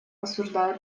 осуждаю